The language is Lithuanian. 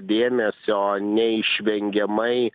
dėmesio neišvengiamai